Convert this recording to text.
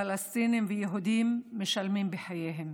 פלסטינים ויהודים, משלמים בחייהם,